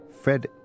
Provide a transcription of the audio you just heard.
Fred